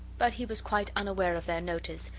but he was quite unaware of their notice,